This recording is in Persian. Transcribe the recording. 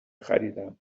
خریدم